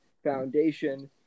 foundation